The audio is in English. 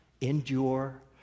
Endure